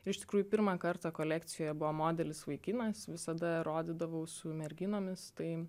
ir iš tikrųjų pirmą kartą kolekcijoj buvo modelis vaikinas visada rodydavaus su merginomis tai